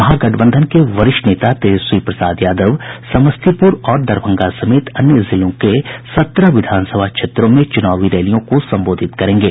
महागठबंधन के वरिष्ठ नेता तेजस्वी प्रसाद यादव समस्तीपुर और दरभंगा समेत अन्य जिलों के सत्रह विधानसभा क्षेत्रों में चूनावी रैलियों को संबोधित करेंगे